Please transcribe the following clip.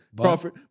Crawford